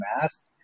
mask